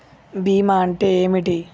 బీమా అంటే ఏమిటి?